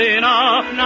enough